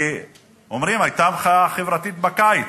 כי אומרים, היתה מחאה חברתית בקיץ,